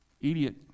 Idiot